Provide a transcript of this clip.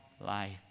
life